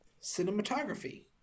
Cinematography